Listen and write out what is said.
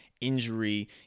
injury